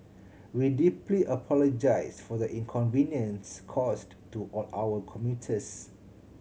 we deeply apologise for the inconvenience caused to all our commuters